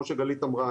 כמו שגלית אמרה,